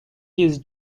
his